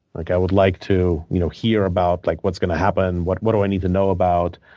like i would like to you know hear about like what's going to happen, what what do i need to know about.